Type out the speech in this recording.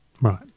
Right